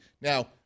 Now